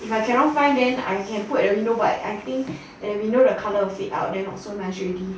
I cannot find then I can put at window but like I think that window colour fade out then also not nice already